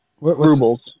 rubles